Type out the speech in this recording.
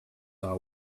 are